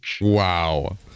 Wow